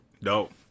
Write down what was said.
Dope